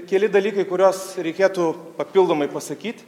dalykai kuriuos reikėtų papildomai pasakyt